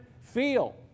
feel